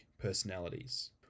personalities